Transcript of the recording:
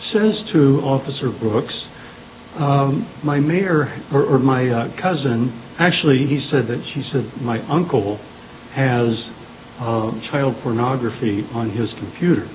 says to officer brooks my mayor or my cousin actually he said that she said my uncle has a child pornography on his computer